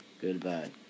Goodbye